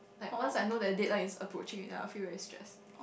like once I know the deadline is approaching I will feel very stress